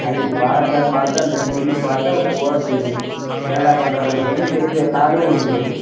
அதுக்கு பார்த்துக்க பார்த்தா அந்த கிழிஞ்சதை பார்த்தா பூரா துணி என்னடா பண்ணுறதுன்னு சொல்லி திரும்பியும் காலும் ஒடிஞ்சு போச்சு